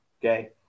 Okay